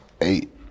Eight